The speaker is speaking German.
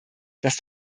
dass